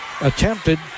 attempted